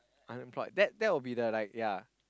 unemployed that that will be the like ya